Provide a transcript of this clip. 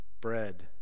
bread